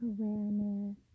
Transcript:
Awareness